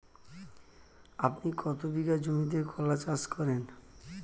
আপনি কত বিঘা জমিতে কলা চাষ করেন?